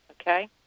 okay